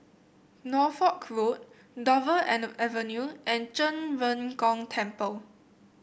Norfolk Road Dover Avenue and Zhen Ren Gong Temple